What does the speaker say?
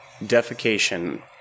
defecation